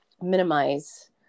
minimize